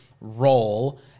role